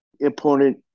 Important